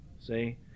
See